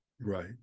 Right